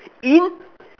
in